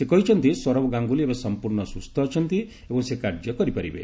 ସେ କହିଛନ୍ତି ସୌରଭ ଗାଙ୍ଗୁଲି ଏବେ ସମ୍ପୂର୍ଣ୍ଣ ସୁସ୍ଥ ଅଛନ୍ତି ଏବଂ ସେ କାର୍ଯ୍ୟ କରିପାରିବେ